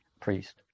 priest